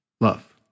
love